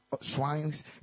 swines